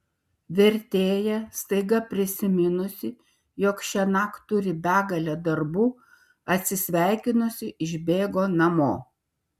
vertėja staiga prisiminusi jog šiąnakt turi begalę darbų atsisveikinusi išbėgo namo